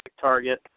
target